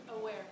Aware